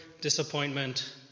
disappointment